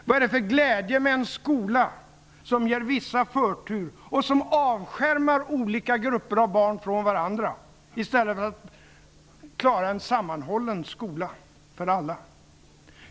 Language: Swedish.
Vad är det för glädje med en skola som ger vissa förtur, och som avskärmar olika grupper av barn från varandra, i stället för att klara en sammanhållen skola för alla?